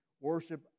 worship